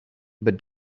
but